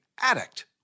addict